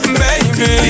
baby